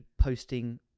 posting